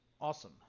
Awesome